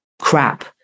crap